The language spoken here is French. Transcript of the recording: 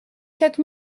quatre